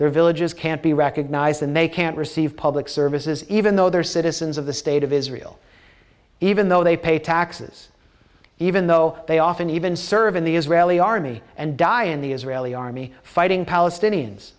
their villages can't be recognized and they can't receive public services even though they're citizens of the state of israel even though they pay taxes even though they often even serve in the israeli army and die in the israeli army fighting palestinians